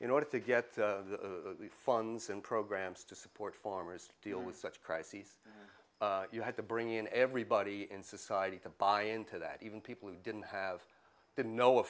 in order to get the funds and programs to support farmers to deal with such crises you had to bring in everybody in society to buy into that even people who didn't have didn't know a